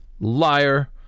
Liar